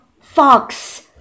Fox